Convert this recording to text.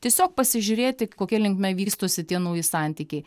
tiesiog pasižiūrėti kokia linkme vystosi tie nauji santykiai